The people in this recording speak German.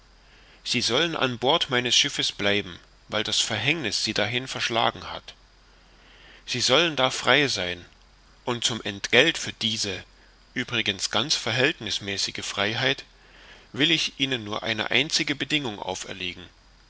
sie sollen an bord meines schiffes bleiben weil das verhängniß sie dahin verschlagen hat sie sollen da frei sein und zum entgelt für diese übrigens ganz verhältnißmäßige freiheit will ich ihnen nur eine einzige bedingung auferlegen